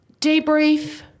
Debrief